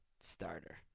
starter